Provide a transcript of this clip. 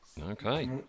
Okay